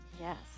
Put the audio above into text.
Yes